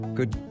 good